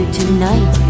tonight